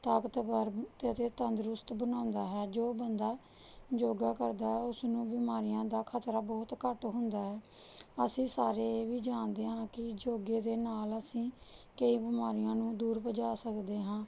ਤਾਕਤਵਰ ਤੇ ਅਤੇ ਤੰਦੁਰਸਤ ਬਣਾਉਂਦਾ ਹੈ ਜੋ ਬੰਦਾ ਯੋਗਾ ਕਰਦਾ ਉਸਨੂੰ ਬਿਮਾਰੀਆਂ ਦਾ ਖਤਰਾ ਬਹੁਤ ਘੱਟ ਹੁੰਦਾ ਹੈ ਅਸੀਂ ਸਾਰੇ ਇਹ ਵੀ ਜਾਣਦੇ ਹਾਂ ਕਿ ਯੋਗੇ ਦੇ ਨਾਲ ਅਸੀਂ ਕਈ ਬਿਮਾਰੀਆਂ ਨੂੰ ਦੂਰ ਭਜਾ ਸਕਦੇ ਹਾਂ